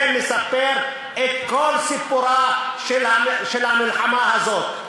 זה מספר את כל סיפורה של המלחמה הזאת.